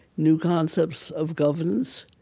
new concepts of governance,